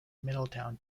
middletown